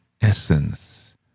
essence